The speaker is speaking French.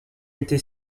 été